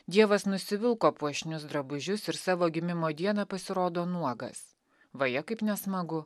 dievas nusivilko puošnius drabužius ir savo gimimo dieną pasirodo nuogas vaje kaip nesmagu